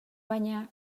baina